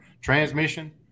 transmission